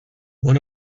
one